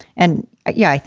and yeah,